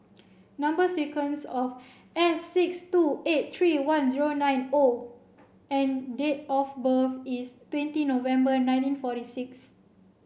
number sequence of S six two eight three one zero nine O and date of birth is twenty November nineteen forty six